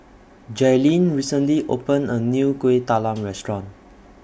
Jailene recently opened A New Kueh Talam Restaurant